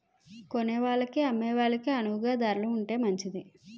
కొనేవాళ్ళకి అమ్మే వాళ్ళకి అణువుగా ధరలు ఉంటే మంచిది